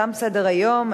תם סדר-היום.